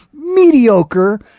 mediocre